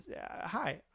hi